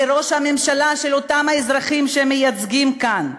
לראש הממשלה של אותם אזרחים שהם מייצגים כאן: